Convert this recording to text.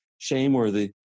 shameworthy